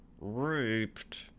raped